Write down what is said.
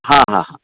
ಹಾಂ ಹಾಂ ಹಾಂ